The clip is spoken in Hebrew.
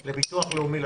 לחודש לביטוח לאומי.